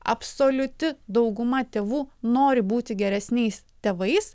absoliuti dauguma tėvų nori būti geresniais tėvais